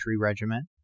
Regiment